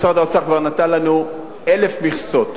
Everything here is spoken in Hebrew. משרד האוצר כבר נתן לנו 1,000 מכסות.